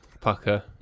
Pucker